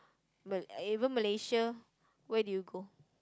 b~ even Malaysia where do you go